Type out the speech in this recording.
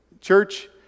Church